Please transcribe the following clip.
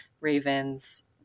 ravens